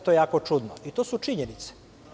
Sve je to jako čudno i to su činjenice.